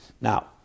now